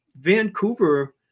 vancouver